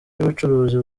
y’ubucuruzi